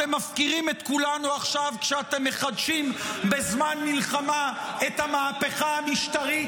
אתם מפקירים את כולנו עכשיו כשאתם מחדשים בזמן מלחמה את המהפכה המשטרית,